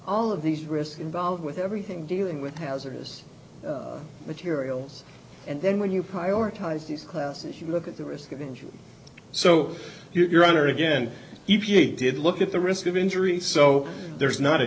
all of these risks involved with everything dealing with hazardous materials and then when you prioritize these classes you look at the risk of injury so you're owner again e p a did look at the risk of injury so there's not a